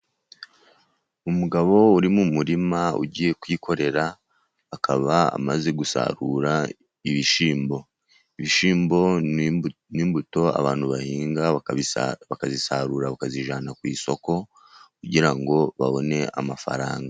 Umugabo uri mu muririma ugiye kwikorera, akaba amaze gusarura ibishyimbo, ibishyimbo ni imbuto abantu bahinga, bakazisarura bakazijyana ku isoko, kugira ngo babone amafaranga.